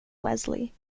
wesley